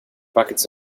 buckets